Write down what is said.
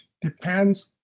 depends